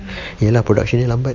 ya lah production ni lambat